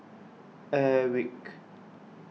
Airwick